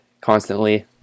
constantly